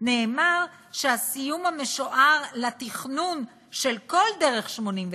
נאמר שהסיום המשוער לתכנון של כל דרך 89,